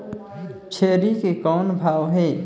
छेरी के कौन भाव हे?